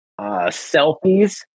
Selfies